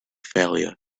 failure